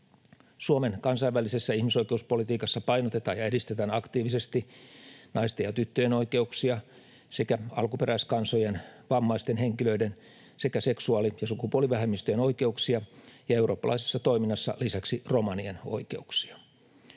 Suomen kansainvälisessä ihmisoikeuspolitiikassa painotetaan ja edistetään aktiivisesti naisten ja tyttöjen oikeuksia sekä alkuperäiskansojen, vammaisten henkilöiden sekä seksuaali- ja sukupuolivähemmistöjen oikeuksia ja eurooppalaisessa toiminnassa lisäksi romanien oikeuksia.